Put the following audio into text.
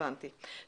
הבנתי.